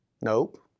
Nope